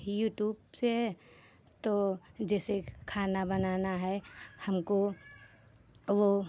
YouTube से तो जैसे खाना बनाना है हमको वह